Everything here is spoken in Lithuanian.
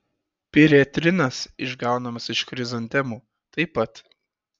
piretrinas išgaunamas iš chrizantemų taip pat